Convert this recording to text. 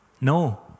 No